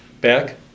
Back